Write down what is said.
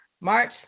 March